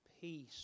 peace